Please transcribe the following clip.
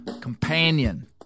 companion